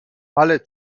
حالت